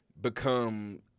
become